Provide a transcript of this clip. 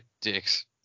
Dicks